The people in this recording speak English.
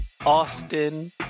Austin